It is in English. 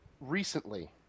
recently